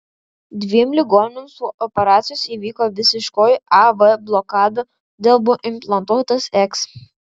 dviem ligoniams po operacijos įvyko visiškoji a v blokada todėl buvo implantuotas eks